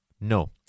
No